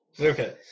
Okay